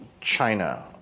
China